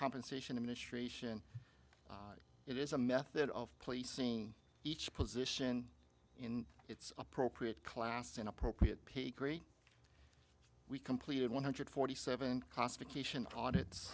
compensation administration it is a method of placing each position in its appropriate class in appropriate pay grade we completed one hundred forty seven caustic ation audits